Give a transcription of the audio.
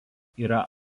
yra